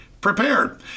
prepared